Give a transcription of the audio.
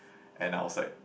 and I was like